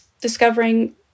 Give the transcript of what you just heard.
discovering